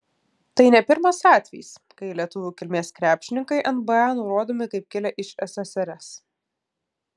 tai ne pirmas atvejis kai lietuvių kilmės krepšininkai nba nurodomi kaip kilę ssrs